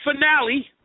finale